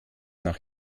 nach